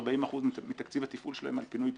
40% מתקציב התפעול שלה על פינוי פסולת.